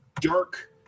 dark